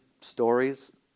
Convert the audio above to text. stories